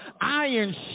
Iron